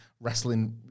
wrestling